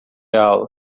aula